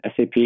SAP